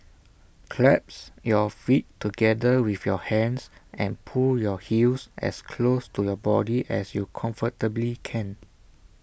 clasp your feet together with your hands and pull your heels as close to your body as you comfortably can